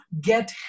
get